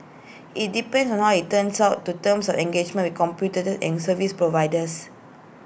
IT depends on how IT turns out to terms of engagement with computers and service providers